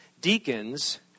deacons